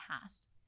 past